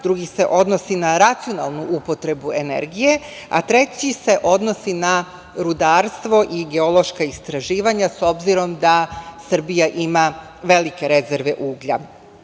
drugi se odnosi na racionalnu upotrebu energije, a traći se odnosi na rudarstvo i geološka istraživanja, s obzirom da Srbija ima velike rezerve uglja. Mi